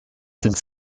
sind